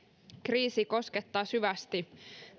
kriisi koskettaa syvästi